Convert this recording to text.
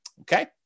Okay